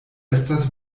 estas